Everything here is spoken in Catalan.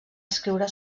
escriure